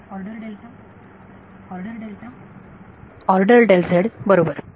विद्यार्थी order delta order delta order बरोबर